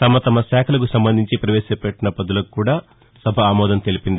తమ శాఖలకు సంబంధించి పవేశపెట్టిన పద్దులకు కూడా సభ ఆమోదం తెలిపింది